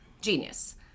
genius